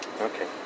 Okay